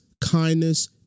kindness